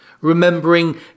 remembering